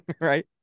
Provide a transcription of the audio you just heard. Right